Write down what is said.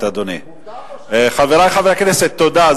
מותר או, חברי חברי כנסת, תודה.